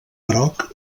groc